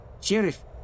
Sheriff